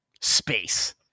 Space